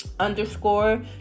underscore